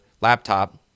laptop